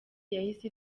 yahise